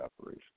operation